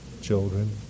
children